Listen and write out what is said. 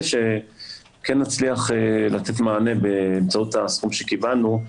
שכן נצליח לתת מענה באמצעות הסכום שקיבלנו,